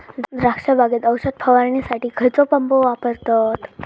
द्राक्ष बागेत औषध फवारणीसाठी खैयचो पंप वापरतत?